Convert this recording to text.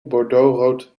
bordeauxrood